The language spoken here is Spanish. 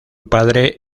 padre